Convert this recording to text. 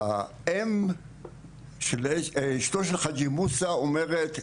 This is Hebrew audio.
והאם של אשתו של חג'י מוסא אומרת,